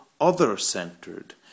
other-centered